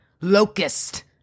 Locust